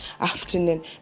afternoon